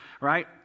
right